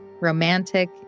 romantic